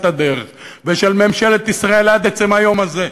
הדרך ושל ממשלת ישראל עד עצם היום הזה,